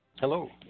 Hello